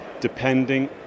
depending